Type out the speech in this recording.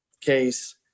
case